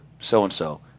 so-and-so –